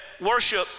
worship